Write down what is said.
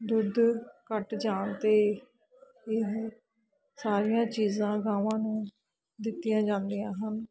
ਦੁੱਧ ਘੱਟ ਜਾਣ 'ਤੇ ਇਹ ਸਾਰੀਆਂ ਚੀਜ਼ਾਂ ਗਾਵਾਂ ਨੂੰ ਦਿੱਤੀਆਂ ਜਾਂਦੀਆਂ ਹਨ